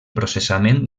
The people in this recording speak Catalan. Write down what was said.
processament